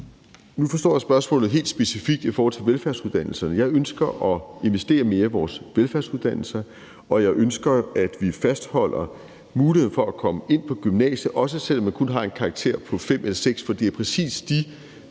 Nu forstår jeg, at spørgsmålet går helt specifikt på velfærdsuddannelserne. Jeg ønsker at investere mere i vores velfærdsuddannelser, og jeg ønsker, at vi fastholder muligheden for at kunne komme ind på gymnasiet, også selv om man kun har en karakter på 5 eller 6, for det er præcis de